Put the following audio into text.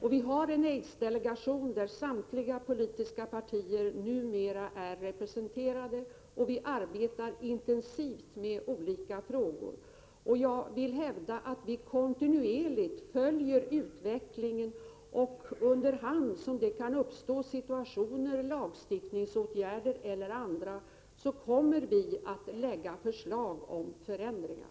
Vi har också en aidsdelegation, där samtliga politiska partier numera är representerade, och vi arbetar intensivt med olika frågor. Vi följer kontinuerligt utvecklingen. Under hand som det kan uppstå situationer där det fordras lagstiftning eller andra åtgärder kommer vi att lägga fram förslag om förändringar.